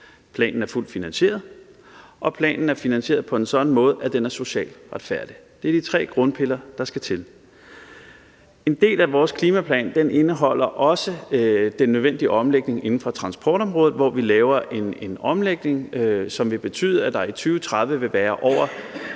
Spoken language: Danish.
planen fuldt finansieret. Og for det tredje er planen finansieret på en sådan måde, at den er socialt retfærdig. Det er de tre grundpiller, der skal til. En del af vores klimaplan indeholder også den nødvendige omlægning inden for transportområdet, og vi laver en omlægning, som vil betyde, at der i 2030 vil være over